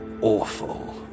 awful